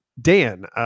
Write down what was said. Dan